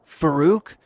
Farouk